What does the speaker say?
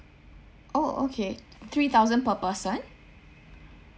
orh okay three thousand per person